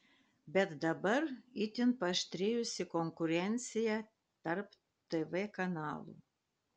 bet dabar itin paaštrėjusi konkurencija tarp tv kanalų